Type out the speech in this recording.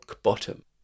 bottom